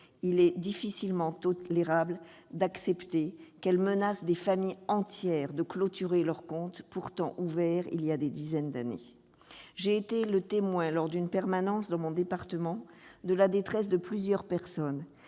il est difficilement tolérable qu'elles menacent des familles entières de clore leurs comptes pourtant ouverts il y a des dizaines d'années. J'ai été le témoin, lors d'une permanence dans le département dont je suis élue, de la détresse de plusieurs personnes,